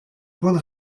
bonne